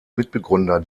mitbegründer